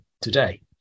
today